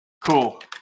cool